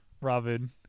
Robin